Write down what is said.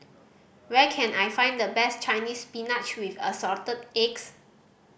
where can I find the best Chinese Spinach with Assorted Eggs